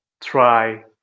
try